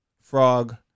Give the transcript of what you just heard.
frog